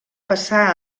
passà